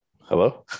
Hello